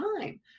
time